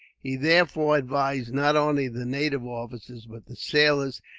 he therefore advised not only the native officers, but the sailors,